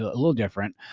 a little different.